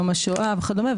יום השואה וכדומה,